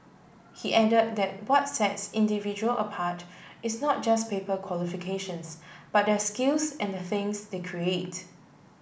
he add that what sets individual apart is not just paper qualifications but their skills and the things they create